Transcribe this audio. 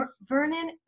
Vernon